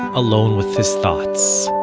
alone with his thoughts.